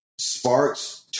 sparks